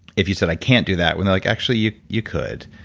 if you said, i can't do that. when they're like, actually, you you could.